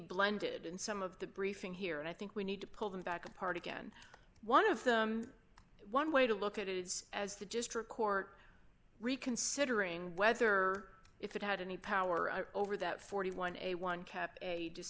blended in some of the briefing here and i think we need to pull them back apart again one of them one way to look at it is as the district court reconsidering whether if it had any power over that forty one a one